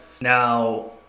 Now